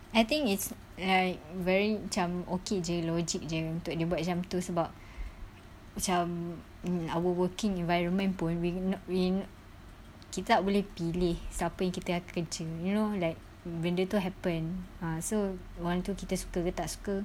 I think it's like very macam okay jer logic jer untuk dia buat macam tu sebab macam our working environment pun we not we kita tak boleh pilih siapa yang kita kerja you know like benda tu happen ah so orang tu kita suka ke tak suka